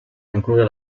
ancora